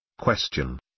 Question